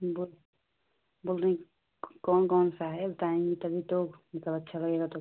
बोल बोल रहीं कौन कौन सा है बताऍंगी तभी तो मतलब अच्छा लगेगा तब